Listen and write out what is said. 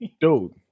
dude